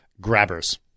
Grabbers